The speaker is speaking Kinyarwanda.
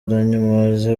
aranyomoza